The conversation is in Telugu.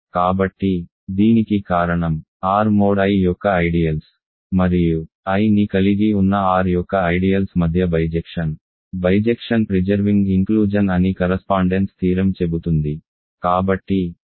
కాబట్టి దీనికి కారణం R mod I యొక్క ఐడియల్స్ మరియు Iని కలిగి ఉన్న R యొక్క ఐడియల్స్ మధ్య బైజెక్షన్ బైజెక్షన్ ప్రిజర్వింగ్ ఇంక్లూజన్ అని కరస్పాండెన్స్ థీరం చెబుతుంది